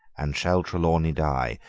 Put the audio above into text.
and shall trelawney die?